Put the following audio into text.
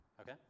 Okay